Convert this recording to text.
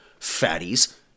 fatties